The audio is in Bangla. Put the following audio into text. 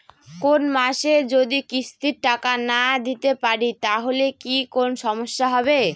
কোনমাসে যদি কিস্তির টাকা না দিতে পারি তাহলে কি কোন সমস্যা হবে?